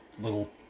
little